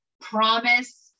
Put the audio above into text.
Promise